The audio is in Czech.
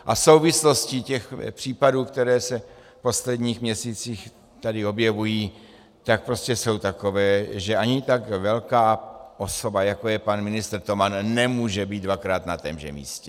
A souvislosti těch případů, které se v posledních měsících tady objevují, prostě jsou takové, že ani tak velká osoba, jako je pan ministr Toman, nemůže být dvakrát na témže místě.